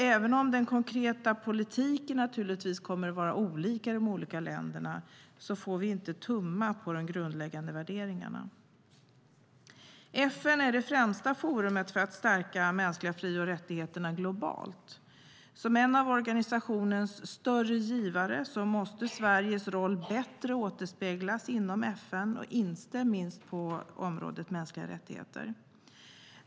Även om den konkreta politiken naturligtvis kommer att vara olika i de olika länderna får vi inte tumma på de grundläggande värderingarna. FN är det främsta forumet för att stärka de mänskliga fri och rättigheterna globalt. Som en av organisationens större givare måste Sveriges roll bättre återspeglas inom FN, inte minst på området mänskliga rättigheter.